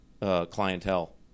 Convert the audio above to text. clientele